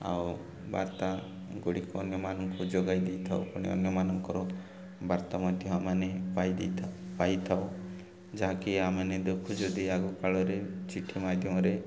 ଆଉ ବାର୍ତ୍ତା ଗୁଡ଼ିକ ଅନ୍ୟମାନଙ୍କୁ ଯୋଗାଇ ଦେଇଥାଉ ପୁଣି ଅନ୍ୟମାନଙ୍କର ବାର୍ତ୍ତା ମଧ୍ୟ ଆମମାନେ ପାଇ ଦେଇଥାଉ ପାଇଥାଉ ଯାହାକି ଆମମାନେ ଦେଖୁ ଯଦି ଆଗ କାଳରେ ଚିଠି ମାଧ୍ୟମରେ